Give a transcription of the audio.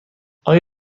آیا